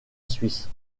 suisse